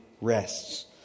rests